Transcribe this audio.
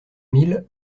mille